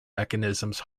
mechanisms